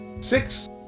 six